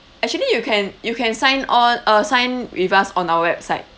actually you can you can sign on uh sign with us on our website